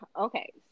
okay